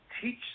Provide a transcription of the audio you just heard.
teach